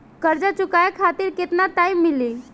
कर्जा चुकावे खातिर केतना टाइम मिली?